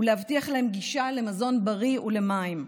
להבטיח להם גישה למזון בריא ולמים.